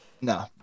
No